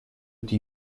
tutti